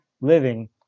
living